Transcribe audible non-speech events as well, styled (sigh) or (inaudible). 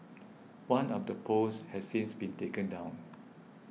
(noise) one of the posts has since been taken down